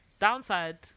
Downside